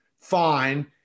fine